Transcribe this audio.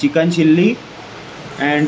chicken chilly and